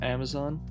Amazon